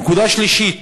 הנקודה השלישית,